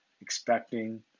expecting